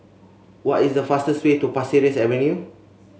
what is the fastest way to Pasir Ris Avenue